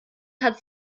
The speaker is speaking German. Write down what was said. hat